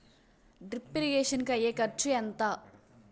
Drip irrigation కూ అయ్యే ఖర్చు ఎంత?